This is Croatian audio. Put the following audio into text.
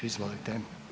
Izvolite.